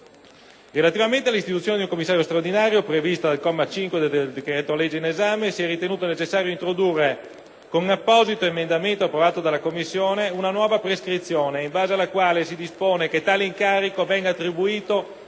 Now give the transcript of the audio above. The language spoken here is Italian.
Relativamente all'istituzione di un commissario straordinario, prevista al comma 5 dell'articolo 4, si è ritenuto necessario introdurre, con apposito emendamento approvato dalla Commissione, una nuova prescrizione in base alla quale si dispone che tale incarico venga attribuito